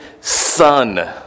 son